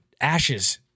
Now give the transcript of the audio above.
ashes